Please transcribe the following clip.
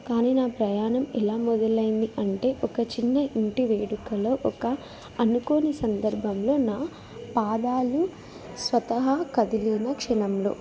కానీ నా ప్రయాణం ఎలా మొదలైంది అంటే ఒక చిన్న ఇంటి వేడుకలో ఒక అనుకోని సందర్భంలో నా పాదాలు స్వతహ కదిలిన క్షణంలో